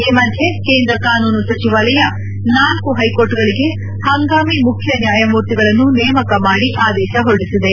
ಈ ಮಧ್ಯೆ ಕೇಂದ್ರ ಕಾನೂನು ಸಚಿವಾಲಯ ನಾಲ್ಲು ಕೈಕೋರ್ಟ್ಗಳಿಗೆ ಪಂಗಾಮಿ ಮುಖ್ಯ ನ್ಯಾಯಮೂರ್ತಿಗಳನ್ನು ನೇಮಕ ಮಾಡಿ ಆದೇಶ ಹೊರಡಿಸಿದೆ